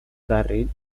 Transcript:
carril